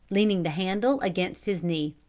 leaning the handle against his knee.